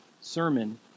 sermon